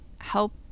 help